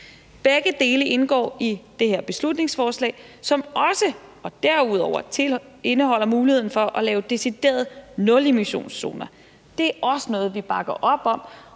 Begge dele indgår i det her beslutningsforslag, som også derudover indeholder muligheden for at lave deciderede nulemissionszoner. Det er også noget, vi bakker op om,